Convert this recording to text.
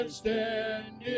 stand